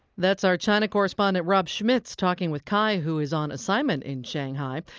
that's our china correspondent rob schmitz talking with kai, who's on assignment in shanghai.